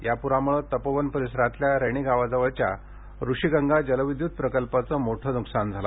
या पुरामुळे तपोवन परिसरातल्या रैणी गावाजवळच्या ऋषिगंगा जलविद्युत प्रकल्पाचं मोठं नुकसान झालं आहे